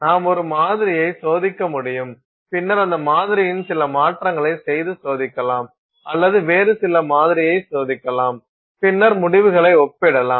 நாம் ஒரு மாதிரியை சோதிக்க முடியும் பின்னர் அந்த மாதிரியின் சில மாற்றங்களை செய்து சோதிக்கலாம் அல்லது வேறு சில மாதிரியை சோதிக்கலாம் பின்னர் முடிவுகளை ஒப்பிடலாம்